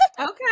okay